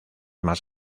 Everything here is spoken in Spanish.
más